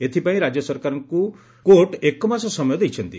ଏଥପାଇଁ ରାଜ୍ୟ ସରକାରଙ୍କୁ କୋର୍ଟ ଏକ ମାସ ସମୟ ଦେଇଛନ୍ତି